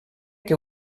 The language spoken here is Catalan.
que